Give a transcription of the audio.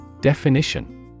Definition